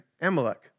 Amalek